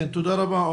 תודה רבה.